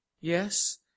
Yes